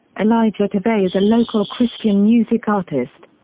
elijah tavai is a local christian music artist.